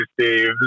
Steve